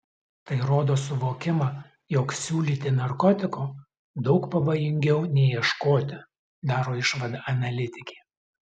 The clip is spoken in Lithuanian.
tai rodo suvokimą jog siūlyti narkotiko daug pavojingiau nei ieškoti daro išvadą analitikė